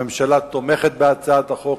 הממשלה תומכת בהצעת החוק,